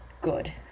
good